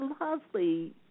lovely